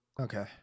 Okay